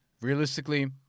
Realistically